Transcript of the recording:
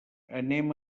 anem